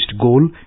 goal